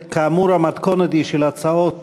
כאמור, המתכונת היא של הצעות